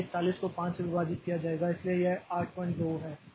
इसलिए 41 को 5 से विभाजित किया गया है इसलिए यह 82 है